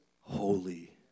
holy